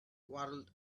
waddled